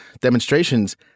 demonstrations